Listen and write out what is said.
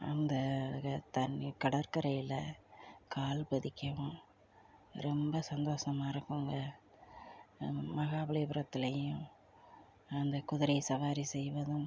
அந்த க தண்ணி கடற்கரையில் கால் பதிக்கவும் ரொம்ப சந்தோஷமா இருக்குங்க மகாபலிபுரத்துலேயும் அந்த குதிரை சவாரி செய்வதும்